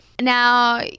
Now